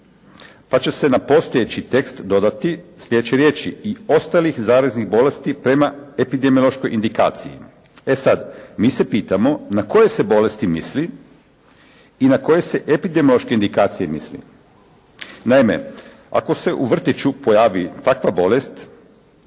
pa će se na postojeći tekst dodati sljedeće riječi: "i ostalih zaraznih bolesti prema epidemiološkoj indikaciji". E sad, mi se pitamo na koje se bolesti misli i na koje se epidemiološke indikacije misli? Naime, ako se u vrtiću pojavi takva bolest